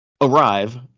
arrive